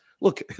Look